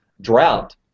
drought